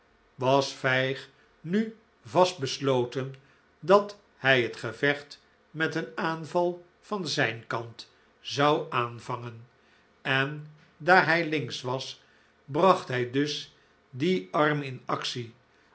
was vijg nu vast besloten dat hij het gevecht met een aanval van zijn kant zou aanvangen en daar hij links was bracht hij dus dien arm in actie